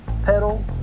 pedal